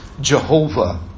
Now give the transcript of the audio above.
Jehovah